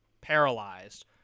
paralyzed